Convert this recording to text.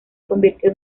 convirtió